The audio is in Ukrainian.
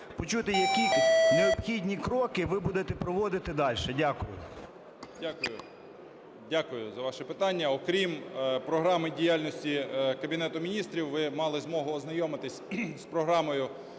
почути, які необхідні кроки ви будете проводити далі. Дякую. 10:16:02 ШМИГАЛЬ Д.А. Дякую. Дякую за ваше питання. Окрім Програми діяльності Кабінету Міністрів, ви мали змогу ознайомитися з програмою